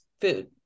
food